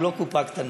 הוא לא קופה קטנה.